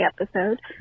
episode